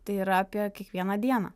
tai yra apie kiekvieną dieną